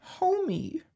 Homie